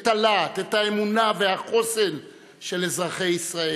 את הלהט, את האמונה והחוסן של אזרחי ישראל,